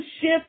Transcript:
shift